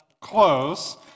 Close